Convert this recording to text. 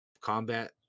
combat